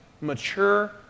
mature